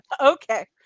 Okay